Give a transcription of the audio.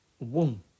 boom